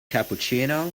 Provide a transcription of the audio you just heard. cappuccino